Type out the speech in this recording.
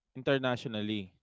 internationally